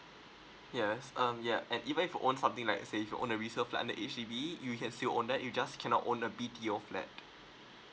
yes um yup and even if you own something like say like if you own a resale flat under H_D_B you can still own that you just cannot own a B_T_O flat